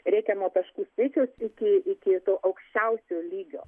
reikiamo taškų skaičiaus iki iki to aukščiausio lygio